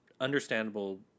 understandable